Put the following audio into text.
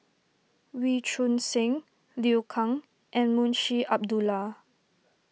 Wee Choon Seng Liu Kang and Munshi Abdullah